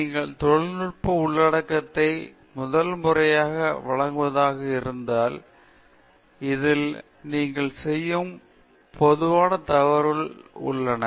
நீங்கள் தொழில்நுட்ப உள்ளடக்கத்தை முதல் முறையாக வழங்குபவராக இருந்தால் இதில் நீங்கள் செய்யும் பொதுவான தவறுகள் உள்ளன